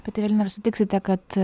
pati evelina ar sutiksite kad